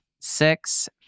six